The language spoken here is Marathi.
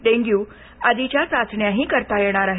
डेंग्यू आदीच्या चाचण्याही करता येणार आहेत